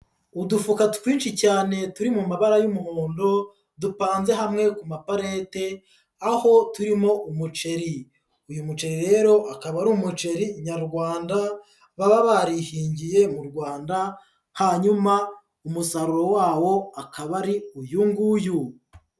Udufuka twinshi cyane turi mu mabara y'umuhondo dupanze hamwe ku maparete aho turimo umuceri, uyu muceri rero akaba ari umuceri nyarwanda baba barihingiye mu Rwanda hanyuma umusaruro wawo akaba ari uyu nguyu.